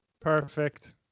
perfect